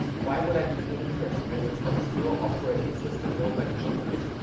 why would i be interested in this obscure operating system nobody uses.